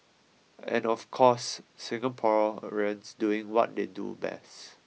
and of course Singaporeans doing what they do best